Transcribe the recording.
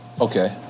Okay